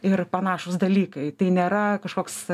ir panašūs dalykai tai nėra kažkoks